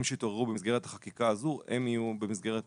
שהתעוררו במסגרת החקיקה הזו הם יהיו במסגרת